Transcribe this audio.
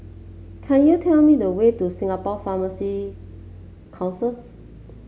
can you tell me the way to Singapore Pharmacy Council